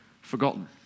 forgotten